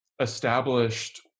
established